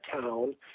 town